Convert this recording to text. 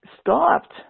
stopped